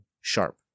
sharp